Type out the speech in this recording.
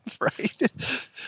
Right